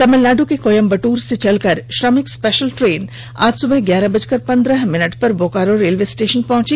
तमिलनाडू के कोयंबदूर से चलकर श्रमिक स्पेशल ट्रेन आज सुबह ग्यारह बजकर पन्द्रह मिनट पर बोकारो रेलवे स्टेशन पहुंची